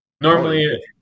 normally